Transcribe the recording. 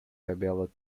tabela